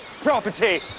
property